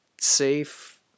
safe